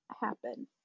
happen